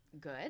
good